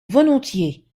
volontiers